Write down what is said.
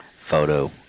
photo